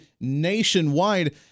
nationwide